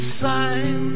sign